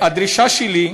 והדרישה שלי,